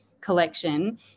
collection